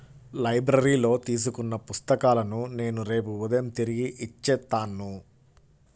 లైబ్రరీలో తీసుకున్న పుస్తకాలను నేను రేపు ఉదయం తిరిగి ఇచ్చేత్తాను